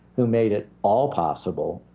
who made it all possible,